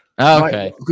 Okay